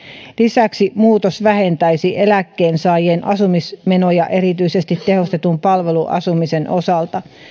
lisäksi muutos vähentäisi eläkkeensaajien asumismenoja erityisesti tehostetun palveluasumisen osalta